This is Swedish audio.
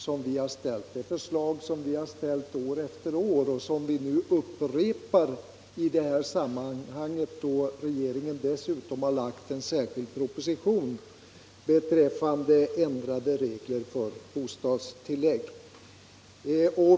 Det är förslag som vi lagt fram år efter år och som vi nu upprepar då regeringen lagt en särskild proposition beträffade ändrade regler för bostadstillägg.